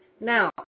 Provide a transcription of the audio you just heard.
Now